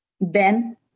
Ben